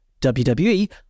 WWE